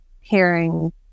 hearing